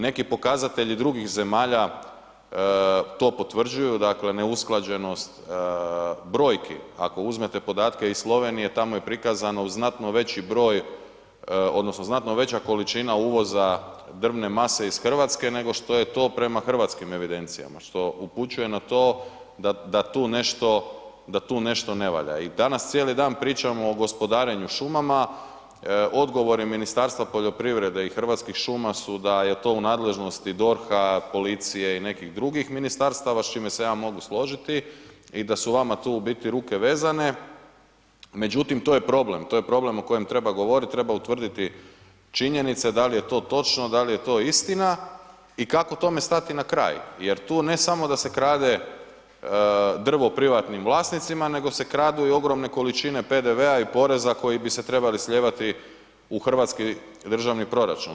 Neki pokazatelji drugih zemalja to potvrđuju, dakle neusklađenost brojki, ako uzmete podatke iz Slovenije, tamo je prikazano u znatno veći broj odnosno znatno veća količina uvoza drvne mase iz Hrvatske nego što je to prema hrvatskim evidencijama što upućuje na to da tu nešto ne valja i danas cijeli dan pričamo o gospodarenju šumama, odgovori Ministarstva poljoprivrede i Hrvatskih šuma su da je to u nadležnosti DORH-a, policije i nekih drugih ministarstava s čime se ja mogu složiti i da su vama tu u biti ruke vezane međutim to je problem, to je problem o kojem govoriti, treba utvrditi činjenice da li je to točno, da li je to istina i kako tome stati na kraj jer tu ne samo da se krade drvo privatnim vlasnicima nego se kradu i ogromne količine PDV-a i poreza koji bi se trebali slijevati u hrvatski državni proračun.